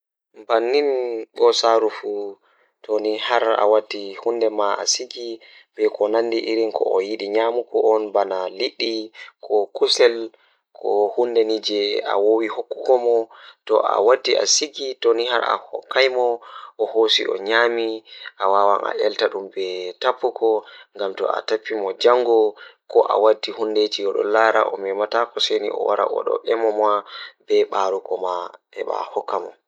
Ndikka amara sobiraaɓe mari gongaaku Ko feewi wallitooɓe ɓeeɗo waɗaniɗaa ngam waɗude toɓɓere yimɓe na'iɗi waɗuɗi nder jiɓgol. Wallitooɓe ɓeeɗo waɗi eɗen ɓuri peewal ɓurɗe waɗude kaɓe e kaɗɗi ngona maa. Wonaa yimɓe na'iɗi waɗi eɗen waɗude torooɗe, ɓesde, e yamiroore maa nder balɗe kuutooji. Ngona mo ɓeeɗo waɗi ngam waɗude waɗaare e waɗude keewal e yimɓe.